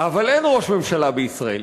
אבל אין ראש ממשלה בישראל.